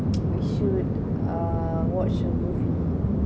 we should uh watch a movie